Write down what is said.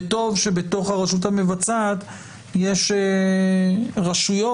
וטוב שבתוך הרשות המבצעת יש רשויות